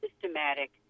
systematic